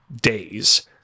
days